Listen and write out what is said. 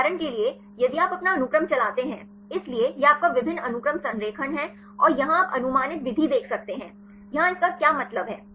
उदाहरण के लिए यदि आप अपना अनुक्रम चलाते हैं इसलिए यह आपका विभिन्न अनुक्रम संरेखण है और यहां आप अनुमानित विधि देख सकते हैं यहाँ इस का क्या मतलब है